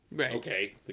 okay